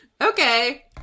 Okay